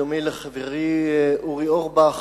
בדומה לחברי אורי אורבך,